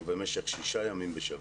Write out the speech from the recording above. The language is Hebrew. במשך שישה ימים בשבוע.